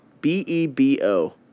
B-E-B-O